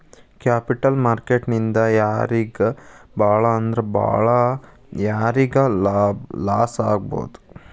Capital market ನಿಂದಾ ಯಾರಿಗ್ ಭಾಳಂದ್ರ ಭಾಳ್ ಯಾರಿಗ್ ಲಾಸಾಗ್ಬೊದು?